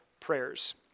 prayers